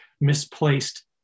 misplaced